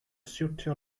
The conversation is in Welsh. siwtio